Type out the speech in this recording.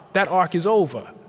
that arc is over,